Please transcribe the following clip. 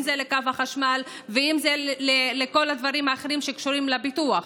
אם זה לקו החשמל ואם זה לכל הדברים האחרים שקשורים לפיתוח?